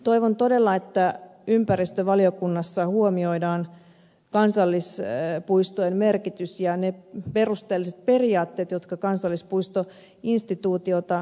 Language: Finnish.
toivon todella että ympäristövaliokunnassa huomioidaan kansallispuistojen merkitys ja ne periaatteet jotka kansallispuistoinstituutiota kannattelevat